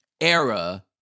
era